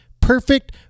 perfect